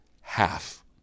half